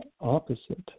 opposite